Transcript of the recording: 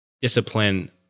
discipline